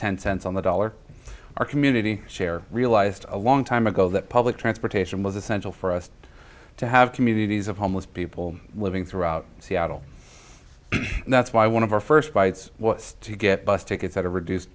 ten cents on the dollar our community share realized a long time ago that public transportation was essential for us to have communities of homeless people living throughout seattle and that's why one of our first bites was to get bus tickets at a reduced